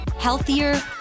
Healthier